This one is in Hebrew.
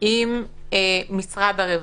עם משרד הרווחה.